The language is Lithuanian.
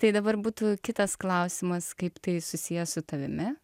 tai dabar būtų kitas klausimas kaip tai susiję su tavimi